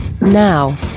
Now